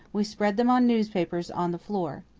we spread them on newspapers on the floor.